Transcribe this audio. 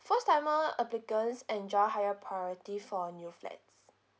first timer applicants enjoy higher priority for new flats